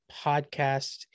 podcast